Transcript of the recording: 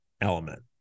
element